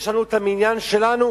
יש לנו המניין שלנו,